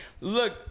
Look